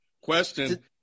Question